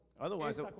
Otherwise